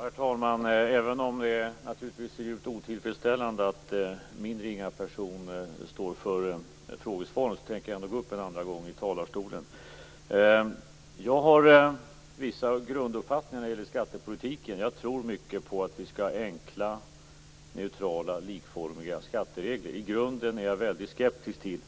Herr talman! Även om det naturligtvis är djupt otillfredsställande att min ringa person står för frågans svar tänker jag ändå gå upp i talarstolen en andra gång. Jag har vissa grunduppfattningar när det gäller skattepolitiken. Jag tror på att vi skall ha enkla, neutrala, likformiga skatteregler. I grunden är jag skeptisk till